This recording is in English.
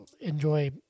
enjoy